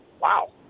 Wow